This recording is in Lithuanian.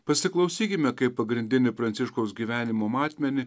pasiklausykime kaip pagrindinį pranciškaus gyvenimo matmenį